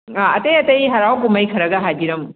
ꯑꯇꯩ ꯑꯇꯩ ꯍꯔꯥꯎ ꯀꯨꯝꯍꯩ ꯈꯔꯒ ꯍꯥꯏꯕꯤꯔꯝꯃꯣ